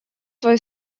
свой